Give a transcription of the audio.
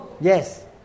Yes